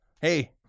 hey